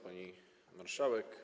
Pani Marszałek!